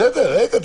בסדר, רגע.